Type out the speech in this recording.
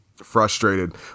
frustrated